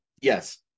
Yes